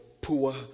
poor